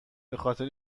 بخاطر